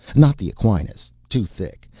not the aquinas too thick.